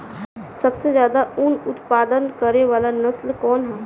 सबसे ज्यादा उन उत्पादन करे वाला नस्ल कवन ह?